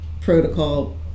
protocol